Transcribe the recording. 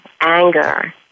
anger